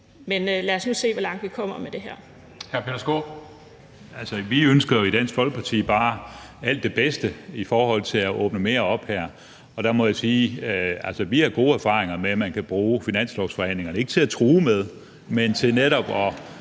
Vi ønsker jo i Dansk Folkeparti bare alt det bedste i forhold til at åbne mere op. Og der må jeg sige, at vi altså har gode erfaringer med, at man kan bruge finanslovsforhandlingerne, ikke til at true, men til netop at